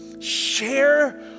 Share